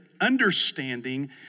understanding